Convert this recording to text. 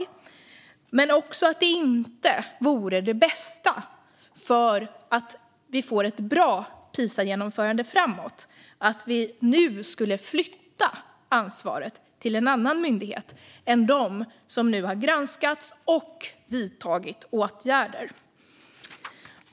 Vi har också uppfattningen att det för att få ett bra Pisagenomförande framåt inte vore det bästa att flytta ansvaret till en annan myndighet än dem som nu har granskats och där man vidtagit åtgärder.